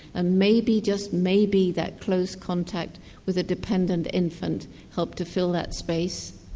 ah maybe, just maybe, that close contact with a dependant infant helped to fill that space.